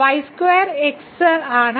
y 2 x ആണ്